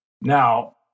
Now